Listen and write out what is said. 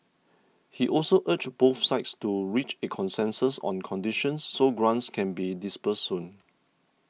he also urged both sides to reach a consensus on conditions so grants can be disbursed soon